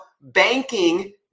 banking